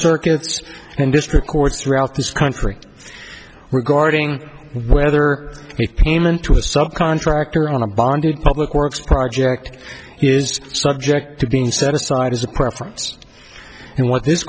circuits and district courts throughout this country regarding whether payment to a subcontractor on a bonded public works project is subject to being set aside as a preference and what this